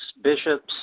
bishops